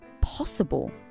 possible